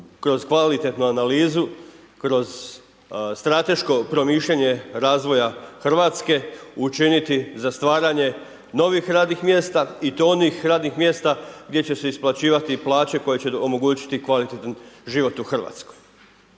kroz kvalitetnu analizu, kroz strateško promišljanje razvoja RH, učiniti za stvaranje novih radnih mjesta i to onih radnih mjesta gdje će se isplaćivati plaće koje će omogućiti kvalitetan život u RH.